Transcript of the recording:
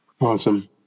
Awesome